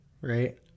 right